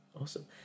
awesome